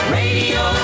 radio